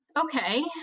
Okay